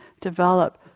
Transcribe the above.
develop